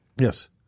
Yes